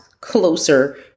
closer